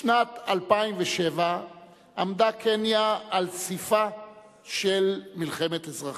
בשנת 2007 עמדה קניה על ספה של מלחמת אזרחים.